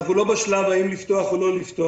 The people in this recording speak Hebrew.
אנחנו לא בשלב אם לפתוח או לא לפתוח.